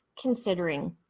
considering